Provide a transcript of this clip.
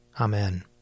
Amen